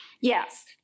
yes